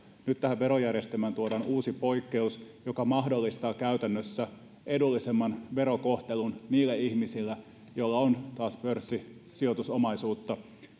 niin nyt tähän verojärjestelmään tuodaan uusi poikkeus joka mahdollistaa käytännössä edullisemman verokohtelun niille ihmisille joilla on taas pörssisijoitusomaisuutta